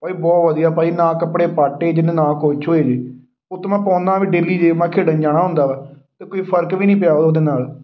ਭਾਅ ਜੀ ਬਹੁਤ ਵਧੀਆ ਭਾਅ ਜੀ ਨਾ ਕੱਪੜੇ ਪਾਟੇ ਜਿਹਨੇ ਨਾ ਕੁਛ ਹੋਏ ਜੀ ਉੱਤੋਂ ਮੈਂ ਪਾਉਂਦਾ ਵੀ ਡੇਲੀ ਜੀ ਮੈਂ ਖੇਡਣ ਜਾਣਾ ਹੁੰਦਾ ਵਾ ਅਤੇ ਕੋਈ ਫ਼ਰਕ ਵੀ ਨਹੀਂ ਪਿਆ ਉਹਦੇ ਨਾਲ਼